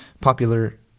popular